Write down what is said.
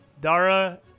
Dara